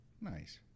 Nice